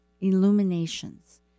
illuminations